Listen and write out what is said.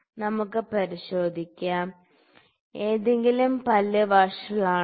നമുക്ക് പരിശോധിക്കാം ഏതെങ്കിലും പല്ല് വഷളാണോ